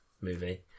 movie